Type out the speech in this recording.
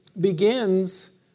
begins